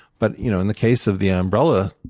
but you know in the case of the umbrella,